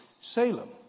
Salem